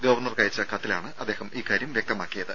ഗവർണർക്ക് അയച്ച കത്തിലാണ് അദ്ദേഹം ഇക്കാര്യം വ്യക്തമാക്കിയത്